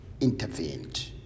intervened